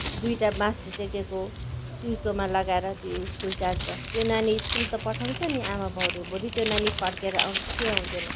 दुईवटा बाँसले टेकेको सुइँकोमा लगाएर त्यो स्कुल जान्छ त्यो नानी स्कुल त पठाउँछ नि आमाबाउले भोलि त्यो नानी फर्केर आउँछ कि आउँदैन